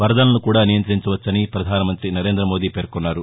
వరదలను కూడా నియంతించవచ్చని పధాన మంతి నరేందమోదీ పేర్కొన్నారు